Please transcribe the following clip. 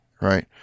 right